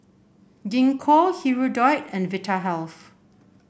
Gingko Hirudoid and Vitahealth